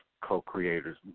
co-creators